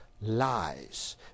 lies